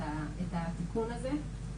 את התיקון הזה.